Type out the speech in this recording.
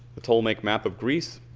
the ptolemaic map of greece.